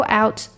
out